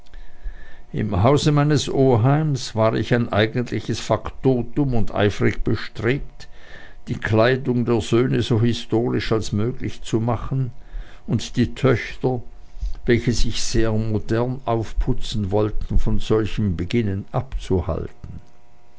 im hause des oheims war ich ein eigentliches faktotum und eifrig bestrebt die kleidung der söhne so historisch als möglich zu machen und die töchter welche sich sehr modern aufputzen wollten von solchem beginnen abzuhalten